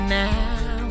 now